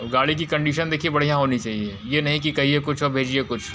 और गाड़ी की कंडीशन देखिए बढ़िया होनी चाहिए यह नहीं कि कहिए कुछ और भेजिए कुछ